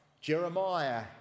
Jeremiah